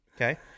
Okay